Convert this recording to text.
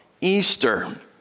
Easter